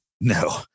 No